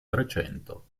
trecento